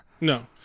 No